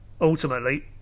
ultimately